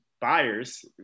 buyers